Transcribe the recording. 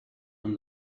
and